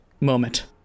moment